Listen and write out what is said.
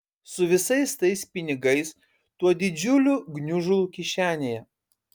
su visais tais pinigais tuo didžiuliu gniužulu kišenėje